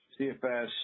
CFS